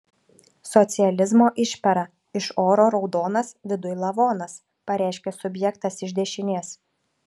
socializmo išpera iš oro raudonas viduj lavonas pareiškė subjektas iš dešinės